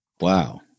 Wow